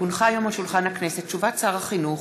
כי הונחו היום על שולחן הכנסת, הודעת שר החינוך,